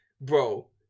bro